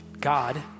God